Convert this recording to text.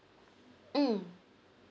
mm